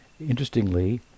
Interestingly